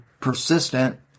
persistent